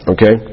Okay